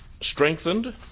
strengthened